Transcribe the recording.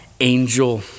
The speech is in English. angel